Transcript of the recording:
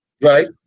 Right